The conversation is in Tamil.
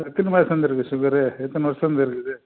எத்தினி மாசத்துலேருந்து இருக்கு சுகரு எத்தினி வருஷத்துலேந்து இருக்குது